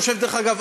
דרך אגב,